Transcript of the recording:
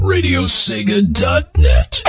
Radiosega.net